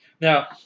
Now